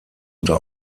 unter